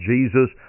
Jesus